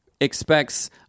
expects